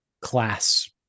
class